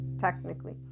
technically